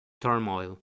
turmoil